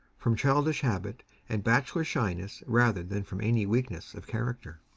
from childish habit and bachelor shyness rather than from any weakness of character.